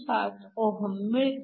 07 Ohm मिळते